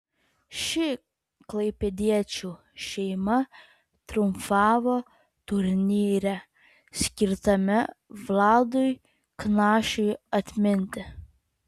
ši klaipėdiečių šeima triumfavo turnyre skirtame vladui knašiui atminti